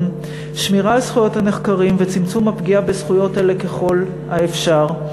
לשמירה על זכויות הנחקרים וצמצום הפגיעה בזכויות אלה ככל האפשר.